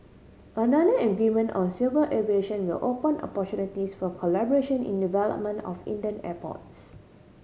another agreement on civil aviation will open opportunities for collaboration in development of Indian airports